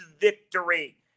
victory